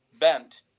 bent